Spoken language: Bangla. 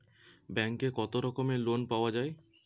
ব্যাঙ্কে কত রকমের লোন পাওয়া য়ায়?